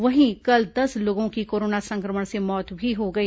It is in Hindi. वहीं कल दस लोगों की कोरोना संक्रमण से मौत भी हो गई